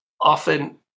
often